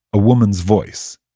a woman's voice.